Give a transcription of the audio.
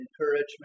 encouragement